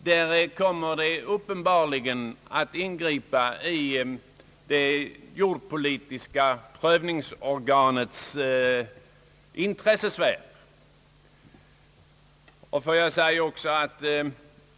Detta kommer uppenbarligen att ingripa i det jordpolitiska prövningsorganets arbetsmöjligheter på ett negativt sätt.